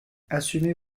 assumez